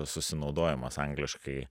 susinaudojimas angliškai